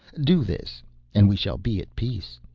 do this and we shall be at peace.